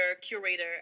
curator